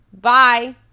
Bye